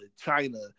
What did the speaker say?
China